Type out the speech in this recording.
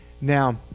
Now